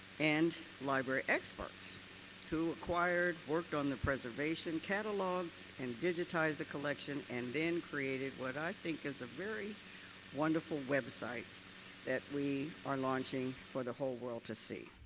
and library experts who acquired, worked on the preservation, cataloged and digitized the collection and then created what i think is a very wonderful website that we are launching for the whole world to see.